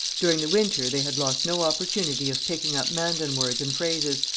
during the winter they had lost no opportunity of picking up mandan words and phrases,